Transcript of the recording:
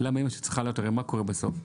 הרי מה קורה בסוף,